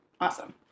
Awesome